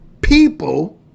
people